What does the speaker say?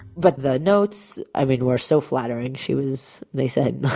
but the notes, i mean, were so flattering. she was, they said,